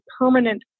permanent